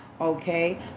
Okay